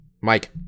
Mike